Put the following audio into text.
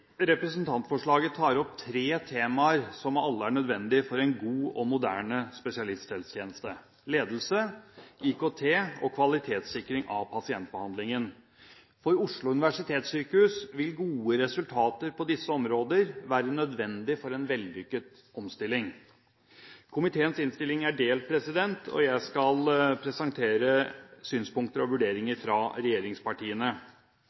representantforslaget tar opp tre temaer som alle er nødvendige for en god og moderne spesialisthelsetjeneste: ledelse, IKT og kvalitetssikring av pasientbehandlingen. For Oslo universitetssykehus vil gode resultater på disse områder være nødvendig for en vellykket omstilling. Komiteens innstilling er delt, og jeg skal presentere synspunkter og